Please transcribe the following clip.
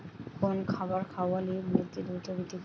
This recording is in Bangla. কোন খাবার খাওয়ালে মুরগি দ্রুত বৃদ্ধি পায়?